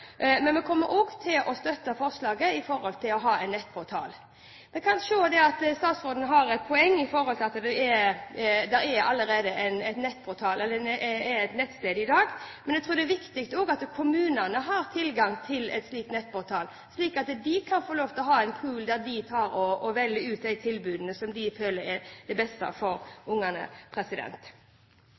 men vi kommer også til å støtte forslaget om å ha en nettportal. Vi kan se at statsråden har et poeng i at det allerede er et nettsted i dag. Men vi tror det er viktig at kommunene har tilgang til en slik nettportal, slik at de kan få lov til å ha en pool der de velger ut de tilbudene som de føler er best for ungene.